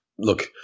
Look